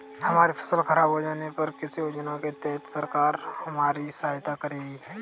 हमारी फसल खराब हो जाने पर किस योजना के तहत सरकार हमारी सहायता करेगी?